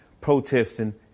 protesting